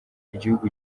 igihugu